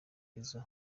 izo